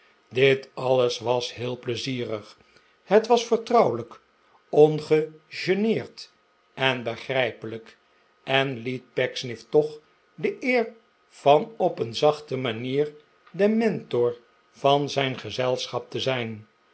dit alles was heel pleizierig het was vertrouwelijk pngegeneerd en begrijpelijk en liet pecksniff toch de eer van op een zachte manier de mentor van het gezelschap te zijn